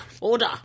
Order